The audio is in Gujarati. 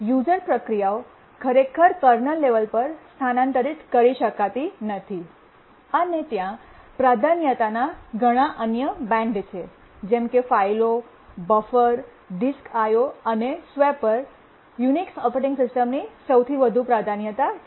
યૂઝર પ્રક્રિયાઓ ખરેખર કર્નલ લેવલ પર સ્થાનાંતરિત કરી શકાતી નથી અને ત્યાં પ્રાધાન્યતાના ઘણા અન્ય બેન્ડ છે જેમ કે ફાઇલો બફર ડિસ્ક IO અને સ્વેપર યુનિક્સ ઓપરેટિંગ સિસ્ટમની સૌથી વધુ પ્રાધાન્યતા છે